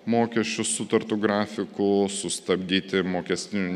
mokesčius sutartu grafiku sustabdyti mokestinių